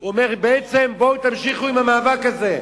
הוא אומר בעצם: בואו תמשיכו עם המאבק הזה.